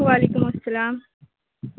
وعلیکم السلام